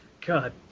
God